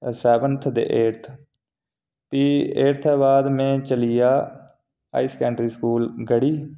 seventh ते eighth फ्ही eighth दे बाद में चली गेआ हाई स्कैंडरी स्कूल गढ़ी